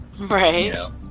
Right